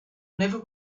never